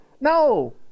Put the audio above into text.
No